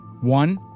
One